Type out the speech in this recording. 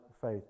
faith